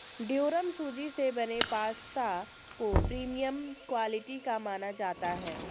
durum सूजी से बने पास्ता को प्रीमियम क्वालिटी का माना जाता है